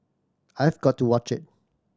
I've got to watch it